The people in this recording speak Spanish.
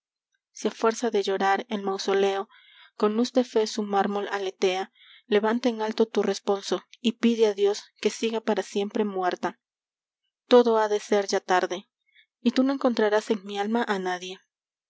a fuerza de llorar el mausoleo con luz de fe su mármol aletea levanta en alto tu responso y pide a dios que siga para siempre muerta todo ha de ser ya tarde y tú no encontrarás en mi alma a nadie